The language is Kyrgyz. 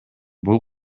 бул